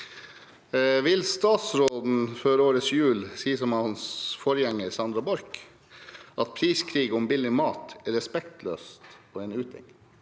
Vil statsråden før årets jul, som sin forgjenger Sandra Borch, si at priskrig om billig mat er respektløst og en uting?